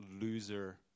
loser